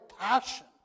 passion